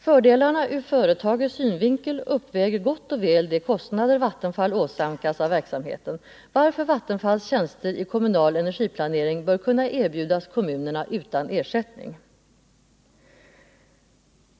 —--- Fördelarna ur företagets synvinkel uppväger gott och väl de kostnader Vattenfall åsamkas av verksamheten, varför Vattenfalls tjänster i kommunal energiplanering bör kunna erbjudas kommunerna utan ersättning.